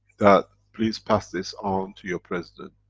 that please pass this on to your president.